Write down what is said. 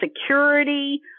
security